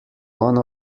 one